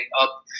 up